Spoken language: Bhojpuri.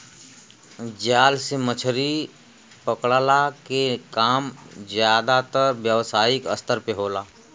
जाल से मछरी पकड़ला के काम जादातर व्यावसायिक स्तर पे होला